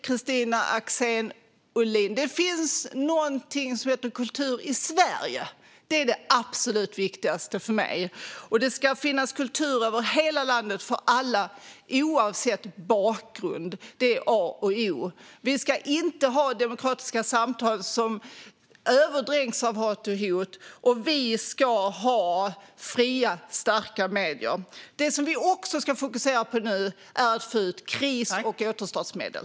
Fru talman! Det finns någonting som heter kultur i Sverige. Det är det absolut viktigaste för mig. Det ska finnas kultur över hela landet för alla, oavsett bakgrund. Det är a och o. Vi ska inte ha demokratiska samtal som dränks i hat och hot, och vi ska ha fria, starka medier. Det som vi också ska fokusera på nu är att få ut kris och återstartsmedel.